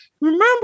remember